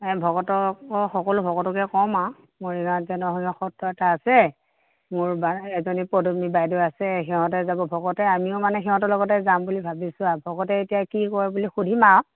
এ ভকতক সকলো ভকতকে কম আৰু মৰিগাঁৱত যে সত্ৰ এটা আছে মোৰ এজনী পদুমী বাইদেউ আছে সিহঁতে যাব ভকতে আমিও মানে সিহঁতৰ লগতে যাম বুলি ভাবিছোঁ আৰু ভকতে এতিয়া কি কয় বুলি সুধিম আৰু